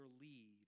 lead